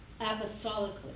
apostolically